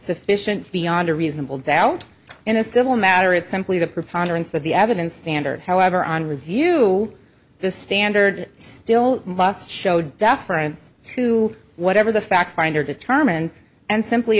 sufficient beyond a reasonable doubt in a civil matter it's simply the preponderance of the evidence standard however on review the standard still must show deference to whatever the fact finder determine and simply